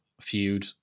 feud